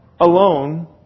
alone